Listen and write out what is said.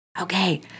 Okay